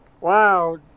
wow